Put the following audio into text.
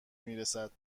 میرسد